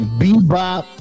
bebop